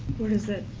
where is that?